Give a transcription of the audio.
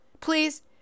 Please